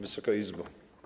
Wysoka Izbo!